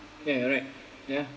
ya you're right ya